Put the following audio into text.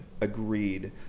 agreed